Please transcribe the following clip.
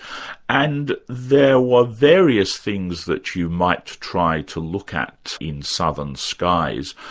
and there were various things that you might try to look at in southern skies,